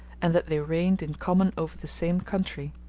and that they reigned in common over the same country.